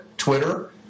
Twitter